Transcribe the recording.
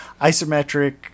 isometric